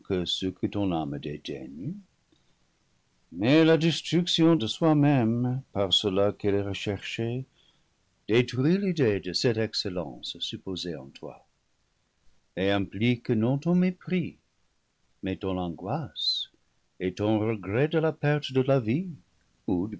dédaigne mais la destruction de soi-même par cela qu'elle est recherchée détruit l'idée de cette excellence supposée en toi et implique non ton mépris mais ton an goisse et ton regret de la perte de la vie